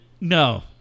No